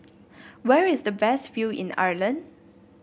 where is the best view in Ireland